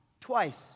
Twice